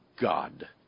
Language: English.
God